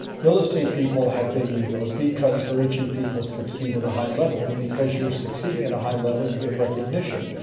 real estate people have big egos because very few people succeed at a high level. and because you're succeeding at a high level, you get recognition.